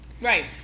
right